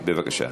כן.